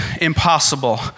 impossible